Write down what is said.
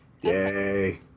Yay